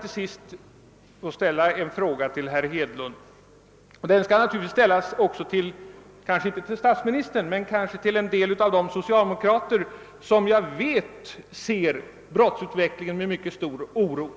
Till sist måste jag få ställa en fråga till herr Hedlund och kanske till en del socialdemokrater — inte statsministern — som jag vet ser brottsutvecklingen med stor oro.